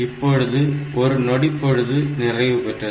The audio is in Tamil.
இப்பொழுது ஒரு நொடிப்பொழுது நிறைவு பெற்றது